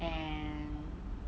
and